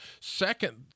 second